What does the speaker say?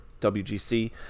WGC